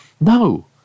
no